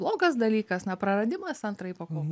blogas dalykas na praradimas antrajai pakopai